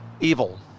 evil